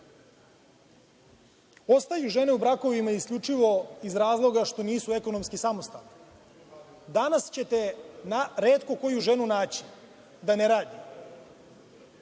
žene u brakovima isključivo iz razloga što nisu ekonomski samostalne. Danas ćete retko koju ženu naći da ne radi